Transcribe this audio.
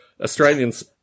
australians